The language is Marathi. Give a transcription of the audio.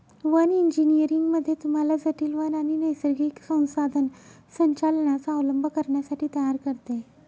वन इंजीनियरिंग मध्ये तुम्हाला जटील वन आणि नैसर्गिक संसाधन संचालनाचा अवलंब करण्यासाठी तयार करते